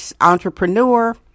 entrepreneur